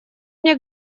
мне